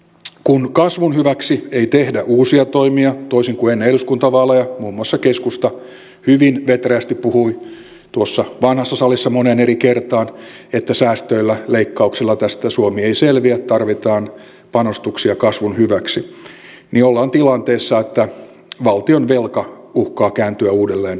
kun kasvun hyväksi ei tehdä uusia toimia toisin kuin ennen eduskuntavaaleja muun muassa keskusta hyvin vetreästi puhui tuossa vanhassa salissa moneen eri kertaan että säästöillä ja leikkauksilla tästä suomi ei selviä tarvitaan panostuksia kasvun hyväksi niin ollaan tilanteessa että valtionvelka uhkaa kääntyä uudelleen nousuun